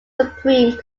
supreme